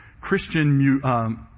Christian